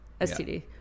STD